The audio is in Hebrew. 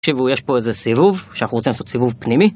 תקשיבו יש פה איזה סיבוב שאנחנו רוצים לעשות סיבוב פנימי